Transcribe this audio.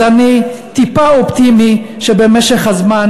אז אני טיפה אופטימי שבמשך הזמן